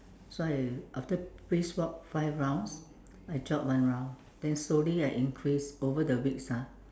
so I after brisk walk five rounds I jog one round then slowly I increase over the weeks ah